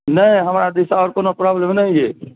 नहि हमरा दिससँ आन कोनो प्रॉब्लम नहि अइ